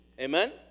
amen